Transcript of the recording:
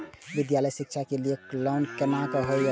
विद्यालय शिक्षा के लिय लोन केना होय ये?